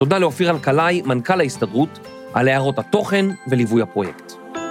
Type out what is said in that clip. תודה לאופיר אלקלאי מנכ"ל להסתדרות על הערות התוכן וליווי הפרויקט.